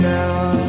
now